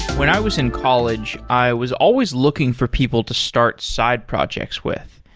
when i was in college, i was always looking for people to start side projects with.